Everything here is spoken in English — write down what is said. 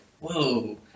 whoa